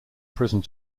prison